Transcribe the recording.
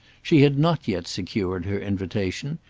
she had not yet secured her invitation.